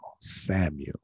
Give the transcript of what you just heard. Samuel